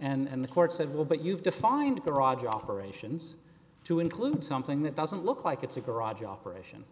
and the court said well but you've defined garage operations to include something that doesn't look like it's a garage operation